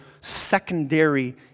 secondary